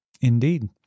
Indeed